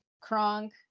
Kronk